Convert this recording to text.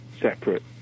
separate